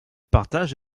partage